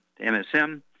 MSM